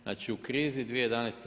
Znači u krizi 2011.